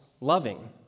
loving